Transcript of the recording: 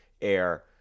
air